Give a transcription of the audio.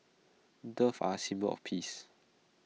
doves are A symbol of peace